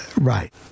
Right